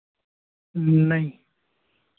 नहीं